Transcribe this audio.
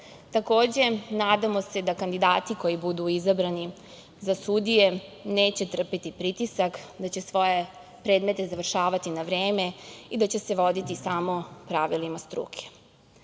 moć. Takođe, nadamo se da kandidati koji budu izabrani za sudije neće trpeti pritisak, da će svoje predmete završavati na vreme i da će se voditi samo pravilima struke. Pre